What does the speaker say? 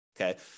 Okay